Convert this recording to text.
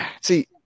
see